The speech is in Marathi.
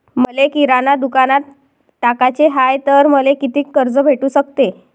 मले किराणा दुकानात टाकाचे हाय तर मले कितीक कर्ज भेटू सकते?